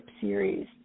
series